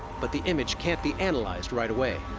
but the image can't be analyzed right away.